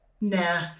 nah